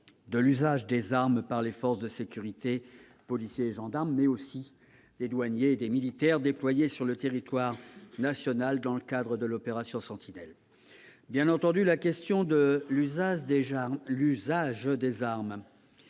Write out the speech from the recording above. de l'usage des armes par les forces de sécurité, non seulement par les policiers et les gendarmes, mais aussi par les douaniers et les militaires déployés sur le territoire national dans le cadre de l'opération Sentinelle. Bien entendu, la question de l'usage des armes